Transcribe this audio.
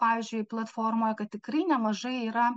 pavyzdžiui platformoj kad tikrai nemažai yra